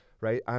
right